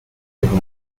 could